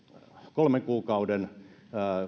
kolmen kuukauden